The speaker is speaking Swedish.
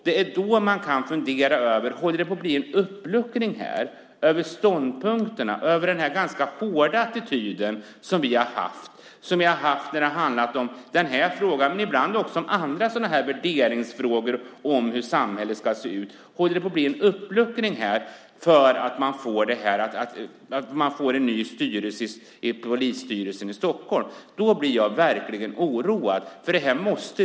Det är då som man kan fundera över om det håller på att bli en uppluckring i detta sammanhang, i fråga om ståndpunkterna och den ganska hårda attityd som vi har haft när det har handlat om denna fråga men också när det har handlat om andra värderingsfrågor och om hur samhället ska se ut. Håller det på att bli en uppluckring i detta sammanhang på grund av att man får en ny polisstyrelse i Stockholm? Då blir jag verkligen oroad.